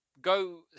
go